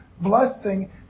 blessing